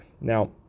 Now